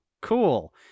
cool